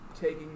taking